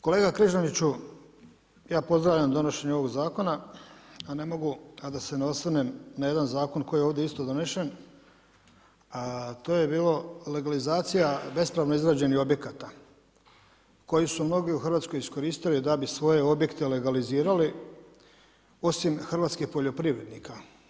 Kolega Križaniću, ja pozdravljam donošenje ovog zakona, a ne mogu da se ne osvrnem na jedan zakon koji je ovdje isto donesen, a to je bilo legalizacija bespravno izgrađenih objekata, koji su mnogi u Hrvatskoj iskoristili, da bi svoje objekte legalizirali, osim hrvatskih poljoprivrednika.